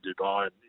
Dubai